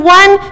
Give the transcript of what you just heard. one